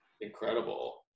incredible